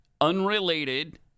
unrelated